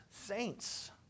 saints